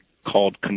Called